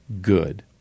good